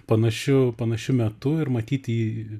panašiu panašiu metu ir matyti